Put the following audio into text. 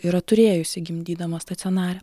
yra turėjusi gimdydamos stacionare